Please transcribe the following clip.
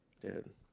Dude